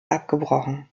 abgebrochen